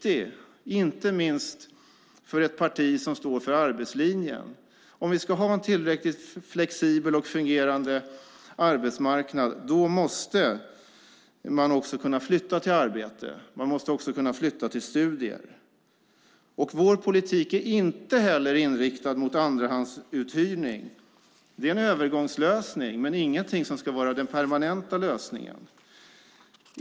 Det är den inte minst för ett parti som står för arbetslinjen. Ska man ha en tillräckligt flexibel och fungerande arbetsmarknad måste människor kunna flytta till arbete och också till studier. Vår politik är inte heller inriktad mot andrahandsuthyrning. Det är en övergångslösning men ingenting som ska vara den permanenta lösningen.